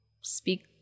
speak